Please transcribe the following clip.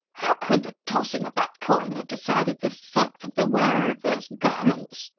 how could the tossing of that coin have decided the sex of the wearer of those garments?